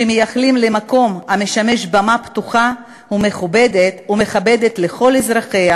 שמייחלים למקום המשמש במה פתוחה ומכבדת לכל אזרחיה,